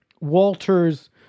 Walter's